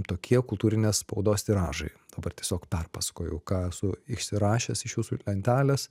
tokie kultūrinės spaudos tiražai dabar tiesiog perpasakoju ką esu išsirašęs iš jūsų lentelės